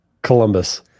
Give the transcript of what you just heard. Columbus